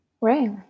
Right